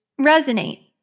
resonate